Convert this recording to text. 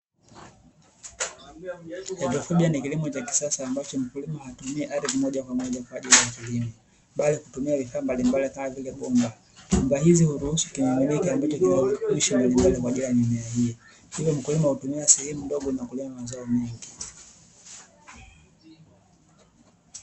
Hydroponic ni kilimo cha kisasa ambacho mkulima anatumia hadi bomba kwa ajili ya kilimo na kutumia vifaa mbalimbali, bomba hizi huruhusu kwa jamii hiyo hivyo mkulima hutumia sehemu ndogo mengi.